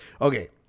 Okay